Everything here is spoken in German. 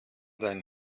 seinen